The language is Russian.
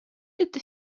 это